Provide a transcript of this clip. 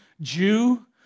Jew